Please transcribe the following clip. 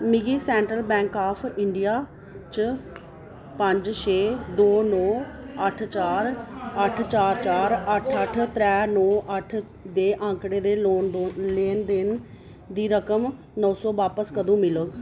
मिगी central bank of India च पंज छे दो नौ अट्ठ चार अट्ठ चार चार अट्ठ अट्ठ त्रै नौ अट्ठ दे आंकड़े दे लैन देन दी रकम नौ सौ बापस कदूं मिलग